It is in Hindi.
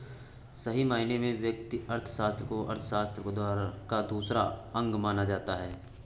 सही मायने में व्यष्टि अर्थशास्त्र को अर्थशास्त्र का दूसरा अंग माना जाता है